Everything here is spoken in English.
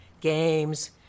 games